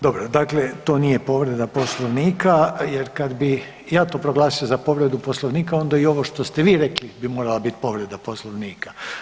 Dobro, dakle to nije povreda Poslovnika jer kad bi ja to proglasio za povredu Poslovnika onda i ovo što ste vi rekli bi morala bit povreda Poslovnika.